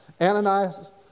Ananias